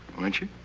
weren't you?